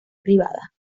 privada